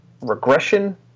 Regression